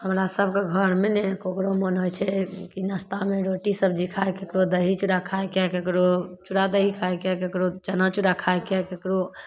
हमरासभके घरमे ने ककरो मोन होइ छै कि नश्तामे रोटी सब्जी खाइ ककरो दही चूड़ा खाइके ककरो चूड़ा दही खाइके ककरो चना चूड़ा खाइके ककरो